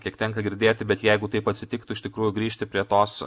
kiek tenka girdėti bet jeigu taip atsitiktų iš tikrųjų grįžti prie tos